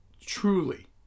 truly